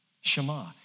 Shema